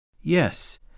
Yes